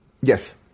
Yes